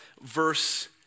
verse